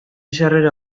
sarrera